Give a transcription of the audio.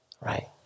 Right